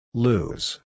Lose